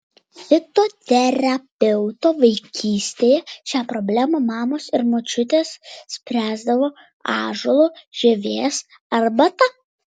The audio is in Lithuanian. fitoterapeuto vaikystėje šią problemą mamos ir močiutės spręsdavo ąžuolo žievės arbata